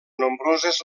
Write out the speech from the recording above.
nombroses